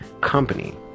company